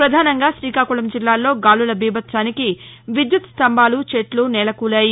ప్రధానంగా శ్రీకాకుళం జిల్లాలో గాలుల బీభత్సానికి విద్యుత్ స్టంబాలు చెట్లు నేలకూలాయి